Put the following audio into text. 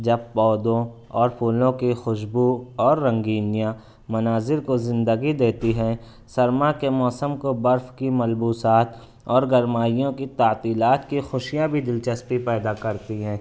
جب پودوں اور پھولوں کی خوشبو اور رنگینیاں مناظر کو زندگی دیتی ہیں سرما کے موسم کو برف کی ملبوسات اور گرمائیوں کی تعطیلات کی خوشیاں بھی دلچسپی پیدا کرتی ہیں